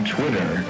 Twitter